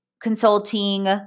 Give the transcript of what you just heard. consulting